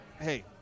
hey